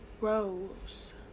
Rose